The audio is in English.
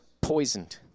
poisoned